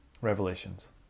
Revelations